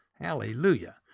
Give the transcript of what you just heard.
Hallelujah